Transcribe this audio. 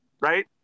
right